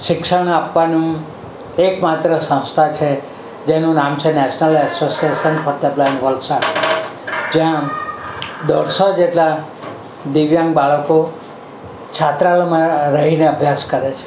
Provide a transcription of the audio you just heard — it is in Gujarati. શિક્ષણ આપવાનું એક માત્ર સંસ્થા છે જેનું નામ છે national association of the blind Valsad જ્યાં દોઢસો જેટલા દિવ્યાંગ બાળકો છાત્રાલયોમાં રહીને અભ્યાસ કરે છે